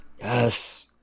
Yes